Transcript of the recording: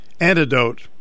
Antidote